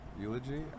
Eulogy